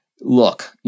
look